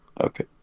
Okay